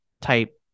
type